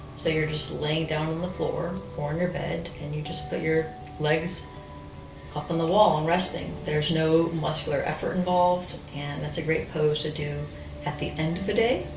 so you're just laying down on the floor or in your bed and you just put your legs up on the wall and resting. there's no muscular effort involved and that's a great pose to do at the end of a day,